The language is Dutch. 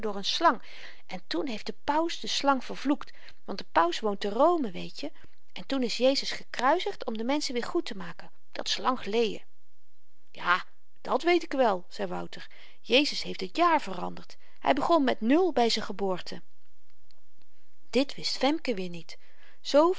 een slang en toen heeft de paus de slang vervloekt want de paus woont te rome weetje en toen is jezus gekruizigd om de menschen weer goed te maken dat is lang geleden ja dat weet ik wel zei wouter jezus heeft het jaar veranderd hy begon met nul by z'n geboorte dit wist femke weer niet zoo